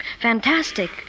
fantastic